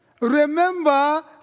Remember